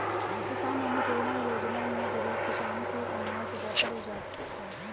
किसान अन्नपूर्णा योजना में गरीब किसान के अनाज बाटल जाता